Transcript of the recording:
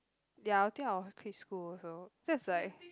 ya I think I will quit also that's like